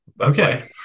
okay